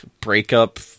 breakup